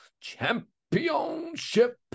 championship